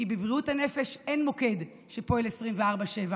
כי בבריאות הנפש אין מוקד שפועל 24/7,